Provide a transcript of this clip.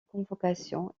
convocation